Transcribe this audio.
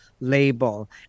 label